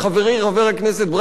חבר הכנסת ברוורמן,